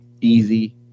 Easy